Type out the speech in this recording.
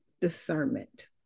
discernment